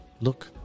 Look